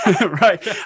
Right